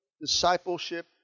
discipleship